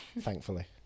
thankfully